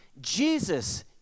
Jesus